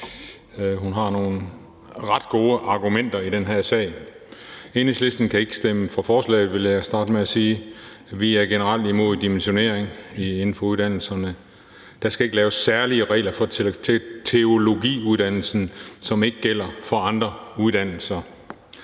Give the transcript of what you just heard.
hun har nogle ret gode argumenter i den her sag. Enhedslisten kan ikke stemme for forslaget, vil jeg starte med at sige. Vi er generelt imod dimensionering inden for uddannelserne, og der skal ikke laves særlige regler for teologiuddannelsen, som ikke gælder for andre uddannelser.